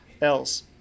else